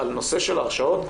נושא של הרשעות,